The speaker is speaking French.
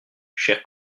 chers